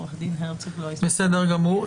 דרך אגב,